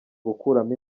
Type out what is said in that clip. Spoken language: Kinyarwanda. gukuramo